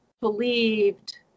believed